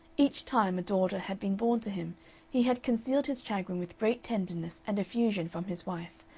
each time a daughter had been born to him he had concealed his chagrin with great tenderness and effusion from his wife,